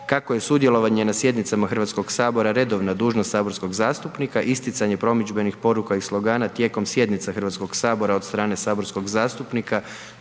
Kako je sudjelovanje na sjednicama HS-a redovna dužnost saborskog zastupnika, isticanje promidžbenih poruka i slogana tijekom sjednica HS-a od strane saborskog zastupnika